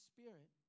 Spirit